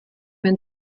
wenn